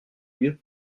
lieu